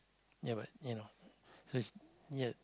ya but you know so she ya